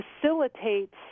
facilitates